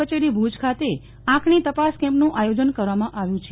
કચેરી ભુજ ખાતે આંખની તપાસ કેમ્પનું આયોજન કરવામાં આવ્યું છે